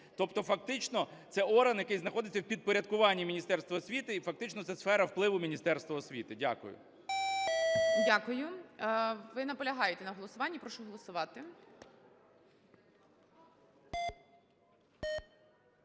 Тобто фактично це орган, який знаходиться у підпорядкуванні Міністерства освіти і фактично це сфера впливу Міністерства освіти. Дякую. ГОЛОВУЮЧИЙ. Дякую. Ви наполягаєте на голосуванні? Прошу голосувати.